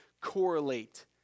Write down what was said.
correlate